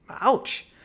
Ouch